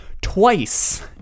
twice